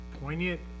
poignant